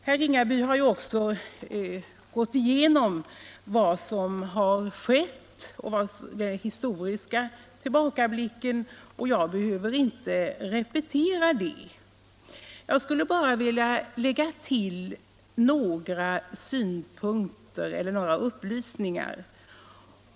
Herr Ringaby har gjort den historiska tillbakablicken. Jag behöver inte repetera den. Jag skulle bara vilja lägga till några upplysningar.